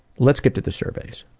let's get to the surveys.